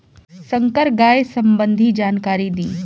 संकर गाय संबंधी जानकारी दी?